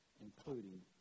including